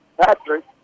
Patrick